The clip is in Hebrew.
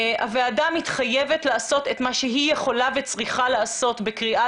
הוועדה מתחייבת לעשות את מה שהיא יכולה וצריכה לעשות בקריאה